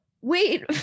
wait